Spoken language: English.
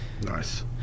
Nice